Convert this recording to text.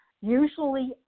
usually